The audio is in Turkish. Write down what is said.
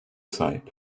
sahip